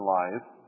life